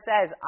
says